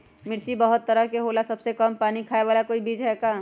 मिर्ची बहुत तरह के होला सबसे कम पानी खाए वाला कोई बीज है का?